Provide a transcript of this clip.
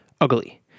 Ugly